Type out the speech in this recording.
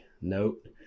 note